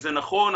וזה הנכון,